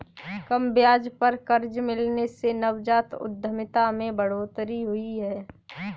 कम ब्याज पर कर्ज मिलने से नवजात उधमिता में बढ़ोतरी हुई है